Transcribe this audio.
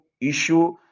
issue